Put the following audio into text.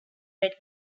red